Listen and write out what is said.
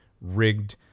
rigged